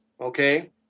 okay